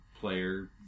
player